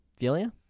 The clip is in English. Felia